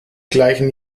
gleichen